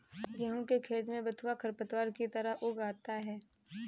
गेहूँ के खेत में बथुआ खरपतवार की तरह उग आता है